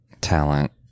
talent